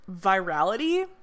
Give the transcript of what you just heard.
virality